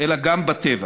אלא גם בטבע.